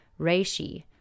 reishi